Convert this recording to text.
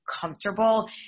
comfortable